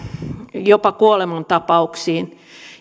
jopa kuolemantapauksiin